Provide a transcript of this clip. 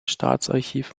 staatsarchiv